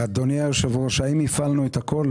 אדוני היושב-ראש, האם הפעלנו את הכול?